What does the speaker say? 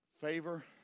Favor